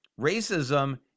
racism